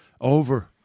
Over